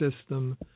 system